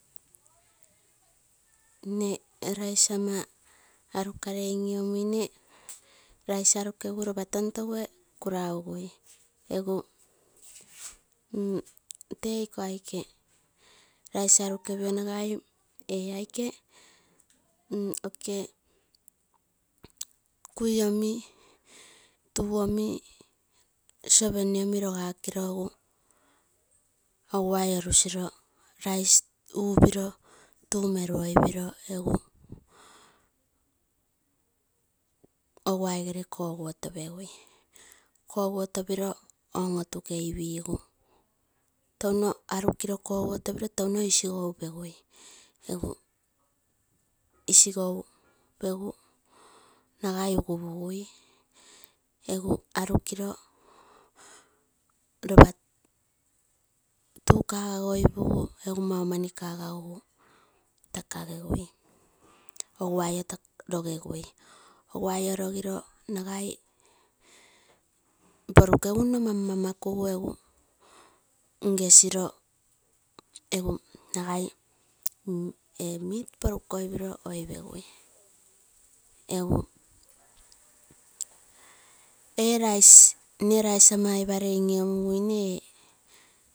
Nne rice ama anekalei in inomuine, rice arukegu ropa tontoguee kuraugui nn iko aike rice arukepio nagai ee aike okee kui omi tuu omi saucepan omi rogo gakiro temo oguai orusiro, rice upiroo tuu meruoi piroo eguu, oguai gere koguotopegui, kuguotopiro on otukeigui touno isigou peguui egu isigou egu nai ugupugai, egu arukiroo ropa tuu kagagoi pugu egu ropa takagefui, oguai oo rogegai. Ogu aioo rogiroo nagai porukegu nno mam mama kugu egu ngesiroo egu nagai ee meet porukoipin oi pegui egu ee rice nne rice ama oipalei in ino muguine ee.